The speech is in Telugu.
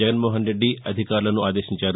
జగన్మోహన్ రెడ్డి అధికారులను ఆదేశించారు